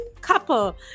couple